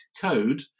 code